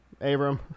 Abram